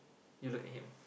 you look at him